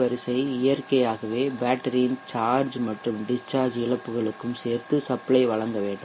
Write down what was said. வரிசை இயற்கையாகவே பேட்டரியின் சார்ஜ் மற்றும் டிஸ்சார்ஜ் இழப்புகளுக்கும் சேர்த்து சப்ளை வழங்க வேண்டும்